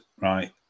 right